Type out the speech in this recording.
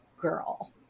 girl